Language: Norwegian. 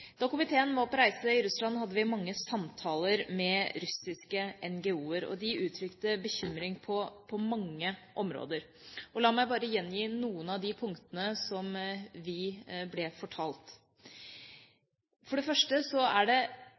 Da komiteen var på reise i Russland, hadde vi mange samtaler med russiske NGO-er, og de uttrykte bekymring på mange områder. La meg bare gjengi noen av de punktene som vi ble fortalt. For det første er det